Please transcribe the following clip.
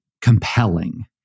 compelling